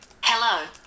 Hello